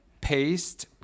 paste